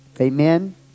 Amen